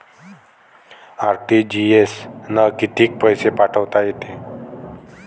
RTGS न कितीक पैसे पाठवता येते?